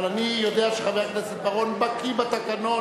אבל אני יודע שחבר הכנסת בר-און בקי בתקנון